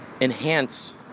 enhance